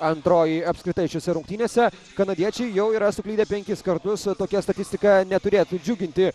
antroji apskritai šiose rungtynėse kanadiečiai jau yra suklydę penkis kartus tokia statistika neturėtų džiuginti